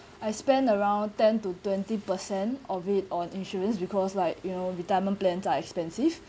I spend around ten to twenty percent of it on insurance because like you know retirement plans are expensive